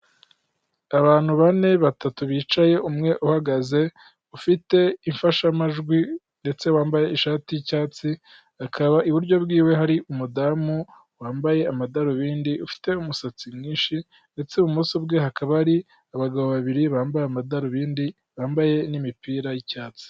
Abantu bane, batatu bicaye, umwe uhagaze ufite imfashamajwi ndetse wambaye ishati yicyatsi. Akaba iburyo bw'iwe hari umudamu wambaye amadarubindi ufite umusatsi mwinshi. Ndetse ibumoso bwe hakaba hari abagabo babiri bambaye amadarubindi, bambaye n'imipira y'icyatsi.